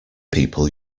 people